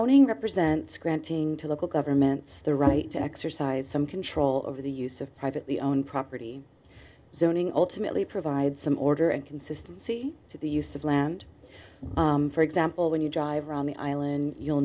owning represents granting to local governments the right to exercise some control over the use of privately owned property zoning ultimately provide some order and consistency to the use of land for example when you drive around the island you'll